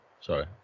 Sorry